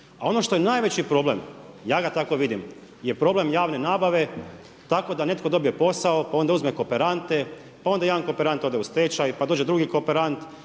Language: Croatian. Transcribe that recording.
A ono što je najveći problem, ja ga tako vidim je problem javne nabave tako da netko dobio posao a onda uzme kooperante, pa onda jedan kooperant ode u stečaj, pa dođe drugi kooperant,